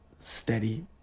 steady